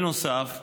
נוסף לכך,